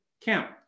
camp